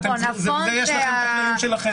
לזה יש לכם את הכללים שלכם.